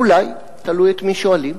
אולי, תלוי את מי שואלים.